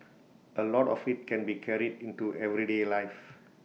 A lot of IT can be carried into everyday life